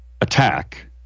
attack